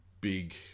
big